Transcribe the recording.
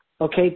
Okay